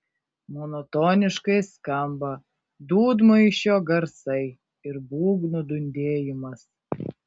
monotoniškai skamba dūdmaišio garsai ir būgnų dundėjimas